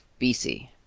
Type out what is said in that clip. bc